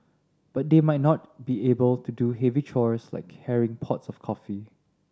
but they might not be able to do heavy chores like carrying pots of coffee